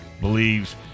believes